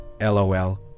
lol